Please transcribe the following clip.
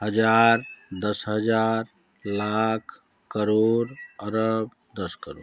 हज़ार दस हज़ार लाख करोड़ अरब दस करोड़